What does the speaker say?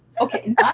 Okay